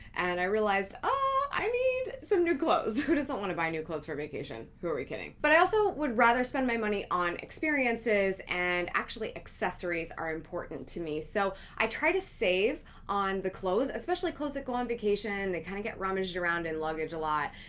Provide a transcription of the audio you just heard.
and i realized ah i need some new clothes. who doesn't want to buy new clothes for vacation? who are we kidding? but i also would rather spend my money on experiences and actually accessories are important to me. so i try to save on the clothes, especially clothes that go on vacation, they kind of get rummaged around in luggage a lot.